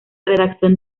redacción